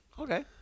Okay